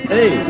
Hey